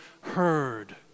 heard